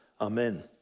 Amen